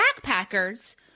backpackers